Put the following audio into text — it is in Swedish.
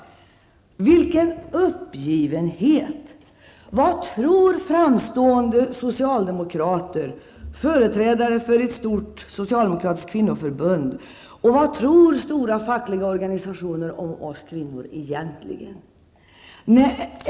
Vilken uppgivenhet? Vad tror framstående socialdemokrater, företrädare för ett stort socialdemokratiskt kvinnoförbund och stora fackliga organisationer om oss kvinnor egentligen?